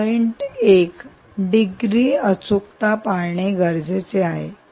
1 degree अचूकता पाळणे गरजेचे आहे